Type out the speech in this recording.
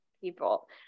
people